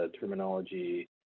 terminology